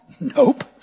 Nope